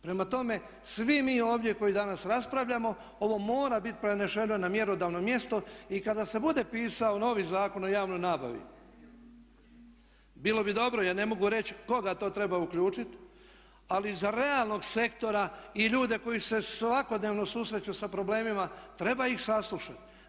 Prema tome, svi mi ovdje koji danas raspravljamo ovo mora biti preneseno na mjerodavno mjesto i kada se bude pisao novi Zakon o javnoj nabavi bilo bi dobro, ja ne mogu reći koga to treba uključiti, ali iz realnog sektora i ljude koji se svakodnevno susreću sa problemima treba ih saslušati.